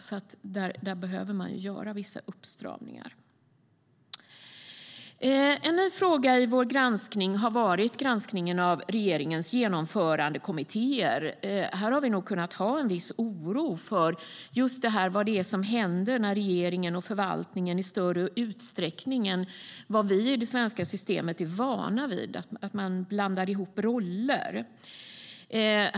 Där behöver det göras vissa uppstramningar. En ny fråga i vår granskning har varit granskningen av regeringens genomförandekommittéer. Här har vi kunnat hysa en viss oro för vad det är som händer när regeringen och förvaltningen i större utsträckning än vad vi i det svenska systemet är vana vid blandar ihop roller. Vi är inte vana vid att man blandar ihop roller.